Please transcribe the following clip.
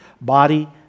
body